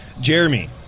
Jeremy